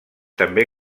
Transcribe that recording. també